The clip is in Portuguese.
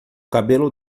cabelo